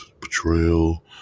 betrayal